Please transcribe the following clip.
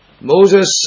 Moses